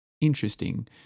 interesting